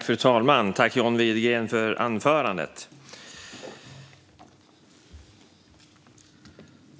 Fru talman! Tack, John Widegren, för anförandet!